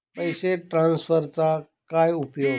पैसे ट्रान्सफरचा काय उपयोग?